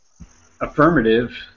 Affirmative